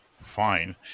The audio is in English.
Fine